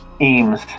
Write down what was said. Eames